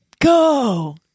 go